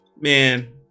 Man